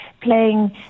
playing